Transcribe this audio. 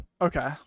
Okay